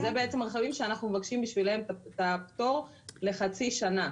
זה בעצם הרכבים שאנחנו מבקשים בשבילם את הפטור לחצי שנה.